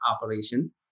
operation